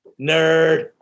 Nerd